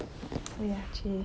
yah actually